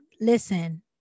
Listen